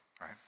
right